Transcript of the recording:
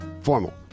Formal